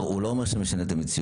תמר, הוא לא אומר שנשנה את המציאות.